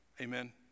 Amen